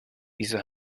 wieso